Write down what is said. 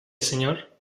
señor